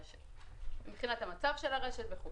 שני מיליארד זה הצורך של הרשת מבחינת המצב שלה וכו'.